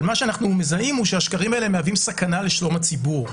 אבל מה שאנחנו מזהים הוא שהשקרים האלה מהווים סכנה לשלום הציבור,